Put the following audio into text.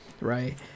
right